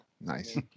Nice